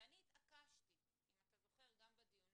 אני התעקשתי, אם אתה זוכר, גם בדיונים,